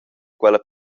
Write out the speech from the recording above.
quella